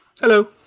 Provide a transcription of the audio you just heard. Hello